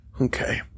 Okay